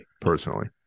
personally